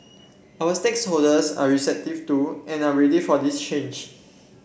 our are receptive to and are ready for this change